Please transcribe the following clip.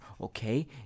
Okay